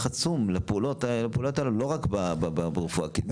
עצום לפעולות האלה לא רק ברפואה הכללית.